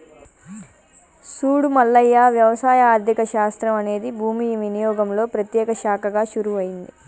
సూడు మల్లయ్య వ్యవసాయ ఆర్థిక శాస్త్రం అనేది భూమి వినియోగంలో ప్రత్యేక శాఖగా షురూ అయింది